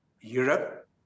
Europe